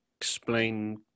explain